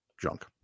junk